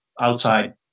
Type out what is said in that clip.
outside